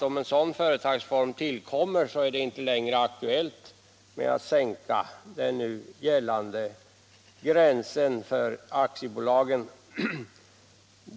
Om en sådan företagsform tillkommer är det inte längre aktuellt med att sänka den nu gällande gränsen för aktiebolagen.